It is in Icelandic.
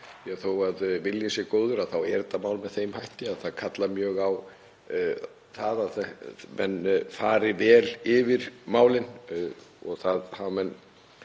Þó að viljinn sé góður þá er þetta mál með þeim hætti að það kallar mjög á það að menn fari vel yfir málin. Það hafa menn